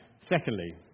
Secondly